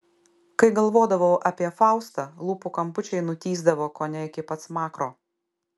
kai galvodavau apie faustą lūpų kampučiai nutįsdavo kone iki pat smakro